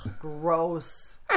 gross